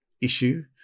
issue